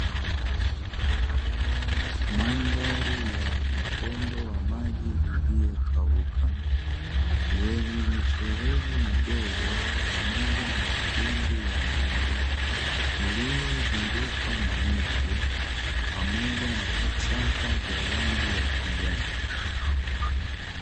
Mandhari ya mkondo wa maji uliokauka, wenye mifereji midogo pamoja na madimbwi ya maji, uliozungukwa na miti pamoja na vichaka vya rangi ya kijani.